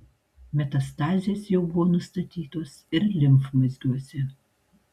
metastazės jau buvo nustatytos ir limfmazgiuose